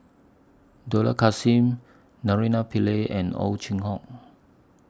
Dollah Kassim Naraina Pillai and Ow Chin Hock